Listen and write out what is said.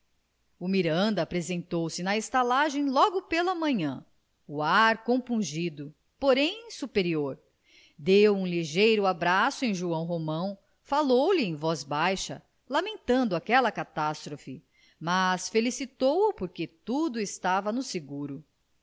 miranda apresentou-se na estalagem logo pela manhã o ar compungido porém superior deu um ligeiro abraço em joão romão falou-lhe em voz baixa lamentando aquela catástrofe mas felicitou o porque tudo estava no seguro